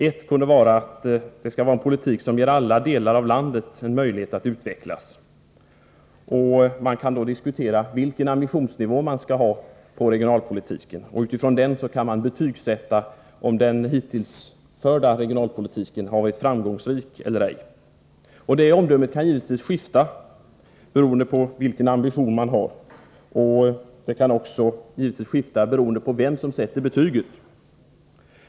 Ett sätt är att det skall vara en politik som ger alla delar av landet en möjlighet att utvecklas. Man kan då diskutera vilken ambitionsnivå man skall ha på regionalpolitiken, och utifrån denna ambitionsnivå kan man betygsätta den hittills förda regionalpolitiken — om den har varit framgångsrik eller ej. Det omdömet kan givetvis skifta beroende på vilken ambition man har. Det kan naturligtvis också skifta beroende på vem som sätter betyget.